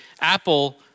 Apple